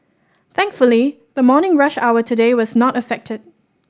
thankfully the morning rush hour today was not affected